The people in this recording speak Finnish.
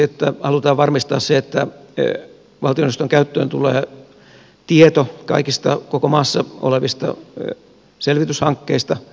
halutaan varmistaa se että valtioneuvoston käyttöön tulee tieto kaikista koko maassa olevista selvityshankkeista